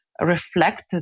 reflect